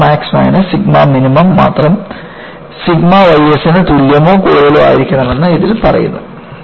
sigma max minus sigma minimum മാത്രം sigma y s ന് തുല്യമോ കൂടുതലോ ആയിരിക്കുമെന്ന് അതിൽ പറയുന്നു